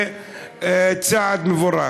וצעד מבורך.